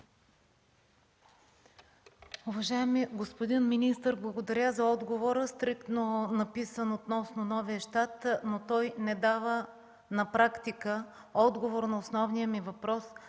Уважаеми господин министър, благодаря за отговора, стриктно написан относно новия щат, но той не дава на практика отговор на основния ми въпрос: